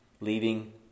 Leaving